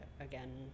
again